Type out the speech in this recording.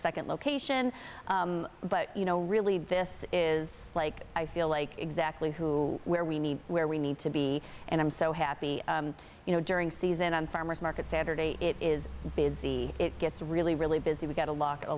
second location but you know really this is like i feel like exactly who where we need where we need to be and i'm so happy you know during season on farmer's market saturday it is busy it gets really really busy we got a lo